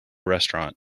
restaurant